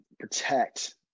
protect